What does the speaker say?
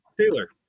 Taylor